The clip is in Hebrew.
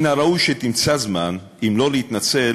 מן הראוי שתמצא זמן אם לא להתנצל,